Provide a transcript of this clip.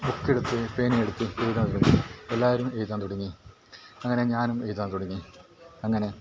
ബുക്കെടുത്ത് പേനയെടുത്ത് എഴുതാൻ തുടങ്ങി എല്ലാവരും എഴുതാൻ തുടങ്ങി അങ്ങനെ ഞാനും എഴുതാൻ തുടങ്ങി അങ്ങനെ